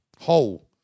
whole